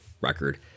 record